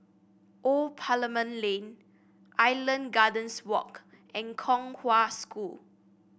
Old Parliament Lane Island Gardens Walk and Kong Hwa School